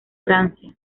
francia